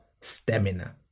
stamina